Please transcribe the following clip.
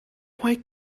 why